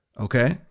Okay